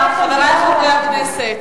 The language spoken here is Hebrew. אולי תגיד לי כמה שווה דירה במקומות האלה.